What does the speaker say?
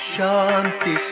Shanti